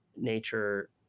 nature